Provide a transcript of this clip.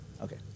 Okay